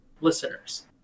listeners